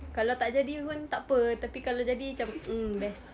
kalau tak jadi pun tak apa tapi kalau jadi macam mm best